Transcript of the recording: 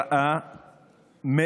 אילן ראה מעבר